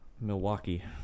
Milwaukee